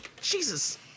jesus